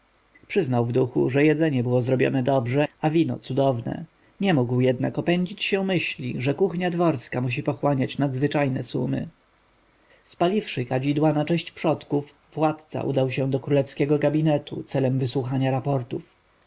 przyznał w duchu że jedzenie było zrobione dobrze a wino cudowne nie mógł jednak opędzić się myśli że kuchnia dworska musi pochłaniać nadzwyczajne sumy spaliwszy kadzidła na cześć przodków władca udał się do królewskiego gabinetu celem wysłuchania raportów